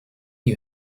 you